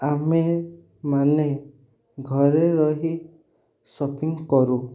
ଆମେମାନେ ଘରେ ରହି ସପିଂ କରୁ